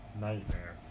Nightmare